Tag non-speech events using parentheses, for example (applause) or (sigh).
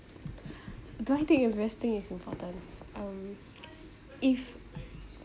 (breath) do I think investing is important um (noise) if (noise)